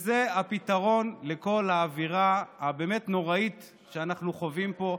זה הפתרון לכל האווירה הבאמת-נוראית שאנחנו חווים פה.